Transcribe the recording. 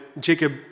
Jacob